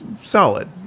solid